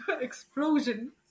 explosion